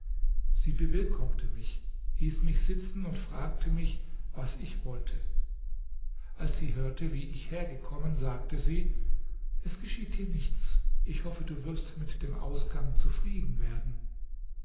sie bewillkommte mich hieß mich sitzen und fragte mich was ich wollte als sie hörte wie ich hergekommen sagte sie es geschieht dir nichts ich hoffe du wirst mit dem ausgang zufrieden werden